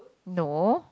no